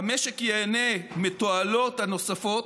המשק ייהנה מתועלות נוספות,